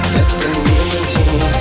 Destiny